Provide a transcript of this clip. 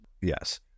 Yes